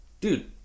Dude